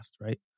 right